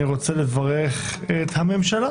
אני מברך את הממשלה